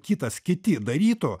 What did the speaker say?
kitas kiti darytų